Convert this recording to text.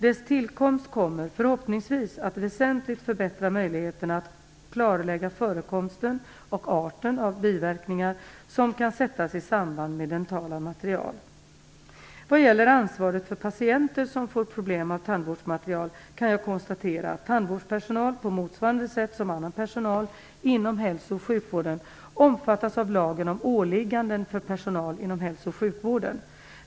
Dess tillkomst kommer förhoppningsvis att väsentligt förbättra möjligheterna att klarlägga förekomsten och arten av biverkningar som kan sättas i samband med dentala material. Vad gäller ansvaret för patienter som får problem av tandvårdsmaterial kan jag konstatera att tandvårdspersonal, på motsvarande sätt som annan personal inom hälso och sjukvården, omfattas av lagen om åligganden för personal inom hälsooch sjukvården.